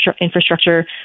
infrastructure